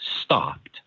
stopped